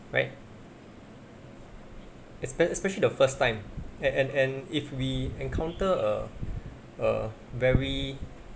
right is spe~ especially the first time and and and if we encounter err err very